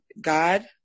God